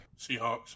Seahawks